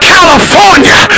California